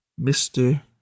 mr